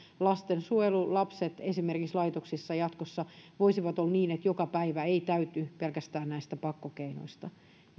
lastensuojelulapset esimerkiksi laitoksissa jatkossa voisivat olla niin että jokainen päivä ei täyty pelkästään pakkokeinoista